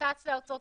שטס לארצות-הברית,